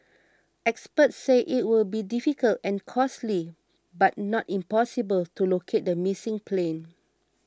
experts say it will be difficult and costly but not impossible to locate the missing plane